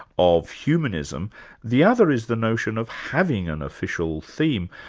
of humanism the other is the notion of having an official theme.